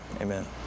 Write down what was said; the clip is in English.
Amen